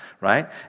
right